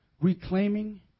reclaiming